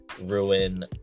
ruin